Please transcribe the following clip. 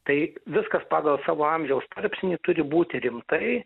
tai viskas pagal savo amžiaus tarpsnį turi būti rimtai